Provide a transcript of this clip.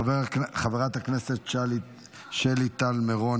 חברת הכנסת שלי טל מירון,